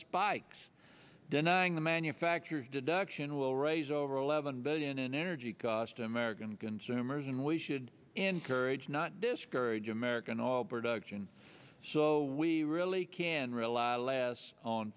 bikes denying the manufacture deduction will raise over eleven billion in energy cost american consumers and we should encourage not discourage american oil production so we really can rely less on